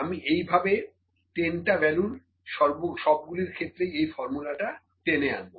আমি এইভাবে 10 টা ভ্যালুর সবগুলোর ক্ষেত্রেই এই ফর্মুলাটা টেনে আনবো